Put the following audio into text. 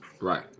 Right